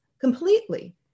completely